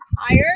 higher